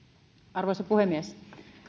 arvoisa puhemies